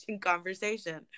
conversation